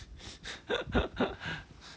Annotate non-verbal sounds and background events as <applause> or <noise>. <laughs>